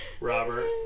Robert